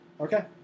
Okay